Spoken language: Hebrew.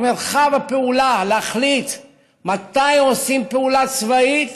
מרחב הפעולה להחליט מתי עושים פעולה צבאית,